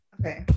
okay